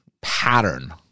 pattern